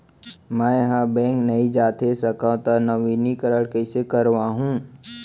मैं ह बैंक नई जाथे सकंव त नवीनीकरण कइसे करवाहू?